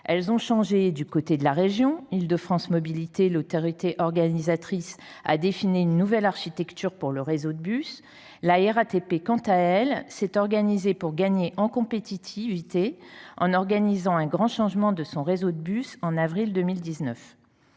Elles ont changé du côté de la région : Île de France Mobilités, l’autorité organisatrice, a défini une nouvelle architecture pour le réseau de bus. La RATP, quant à elle, s’est réorganisée pour gagner en compétitivité, en organisant un grand changement de son réseau de bus en avril 2019.